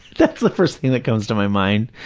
that's the first thing that comes to my mind,